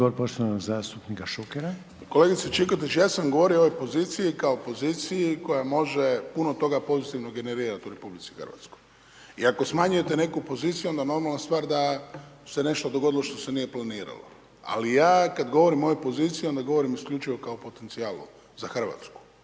Kolegice Čikotić, ja sam govorio o ovoj poziciji kao poziciji koja može puno toga pozitivnog generirati u RH. I ako smanjujete neku poziciju onda normalna stvar da se nešto dogodilo što se nije planiralo. Ali ja kad govorim o ovoj poziciji, onda govorim isključivo kao potencijalu za Hrvatsku.